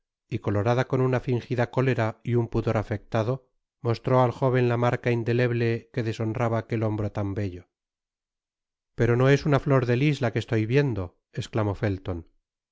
y colorada con una fingida cólera y un pudor afectado mostró al jóven la marca indeleble que deshonraba aquel hombro tan bello pero no es una flor de lis la que estoy viendo esclamó felton